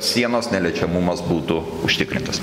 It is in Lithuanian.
sienos neliečiamumas būtų užtikrintas